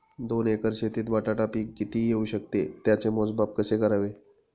दोन एकर शेतीत बटाटा पीक किती येवू शकते? त्याचे मोजमाप कसे करावे?